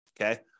Okay